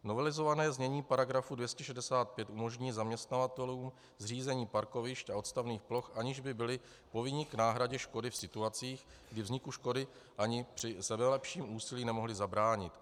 Novelizované znění paragrafu 265 umožní zaměstnavatelům zřízení parkovišť a odstavných ploch, aniž by byli povinni k náhradě škody v situacích, kdy vzniku škody ani při sebelepším úsilí nemohli zabránit.